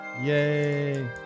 Yay